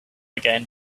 again